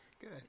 good